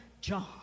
John